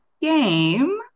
game